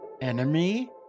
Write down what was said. enemy